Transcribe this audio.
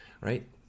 right